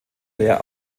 leer